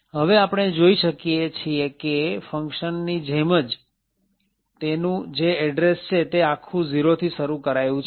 હવે આપણે જોઈએ છીએ કે ફંકશન ની જેમ જ નું જે એડ્રેસ છે તે આખું ઝીરો થી શરૂ કરાયું છે